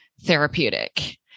therapeutic